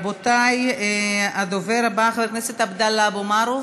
רבותי, הדובר הבא, חבר הכנסת עבדאללה אבו מערוף,